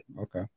Okay